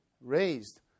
raised